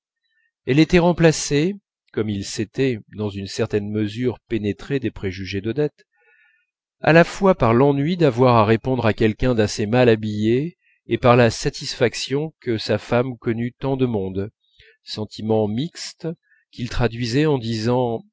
à la fois par l'ennui d'avoir à répondre à quelqu'un d'assez mal habillé et par la satisfaction que sa femme connût tant de monde sentiment mixte qu'il traduisait en disant